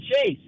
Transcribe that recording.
Chase